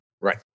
Right